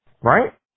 right